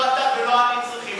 לא אתה ולא אני צריכים,